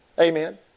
Amen